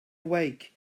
awake